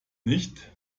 nicht